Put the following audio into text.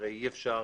הרי אי אפשר